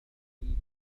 يريد